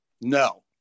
No